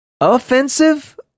offensive